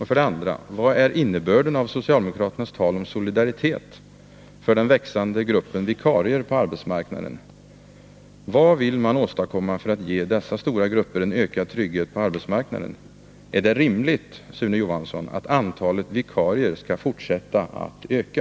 För det andra: Vad är innebörden av socialdemokraternas tal om ”solidaritet” för den växande gruppen vikarier på arbetsmarknaden? Vad vill man åstadkomma för att ge dessa stora grupper en ökad trygghet på arbetsmarknaden? Är det rimligt, Sune Johansson, att antalet vikarier skall fortsätta att öka?